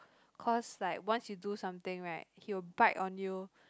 cause like once you do something right he will bite on you